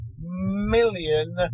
million